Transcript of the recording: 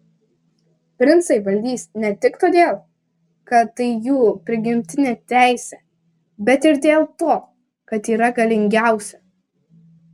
princai valdys ne tik todėl kad tai jų prigimtinė teisė bet ir dėl to kad yra galingiausi